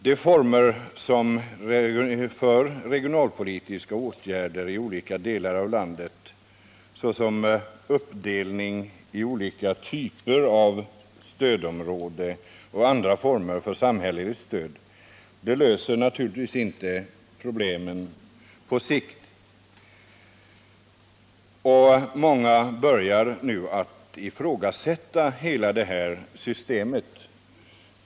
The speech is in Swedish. De former som finns för regionalpolitiska åtgärder i olika delar av landet, såsom uppdelning i olika typer av stödområden och andra slag av samhälleligt stöd, löser naturligtvis inte problemen på sikt. Många börjar nu att ifrågasätta hela det här systemet.